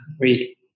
read